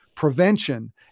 prevention